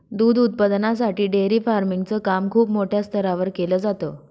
दूध उत्पादनासाठी dairy farming च काम खूप मोठ्या स्तरावर केल जात